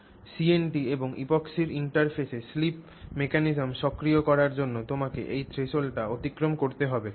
CNT এবং epoxy র ইন্টারফেসে স্লিপ মেকানিজম সক্রিয় করার জন্য তোমাকে এই threshold টি অতিক্রম করতে হবে